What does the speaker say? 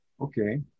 okay